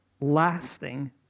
lasting